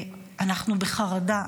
אנחנו בחרדה,